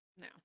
no